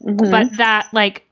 but that like